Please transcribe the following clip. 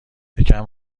یکم